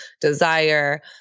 desire